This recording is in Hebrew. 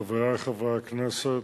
חברי חברי הכנסת,